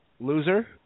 loser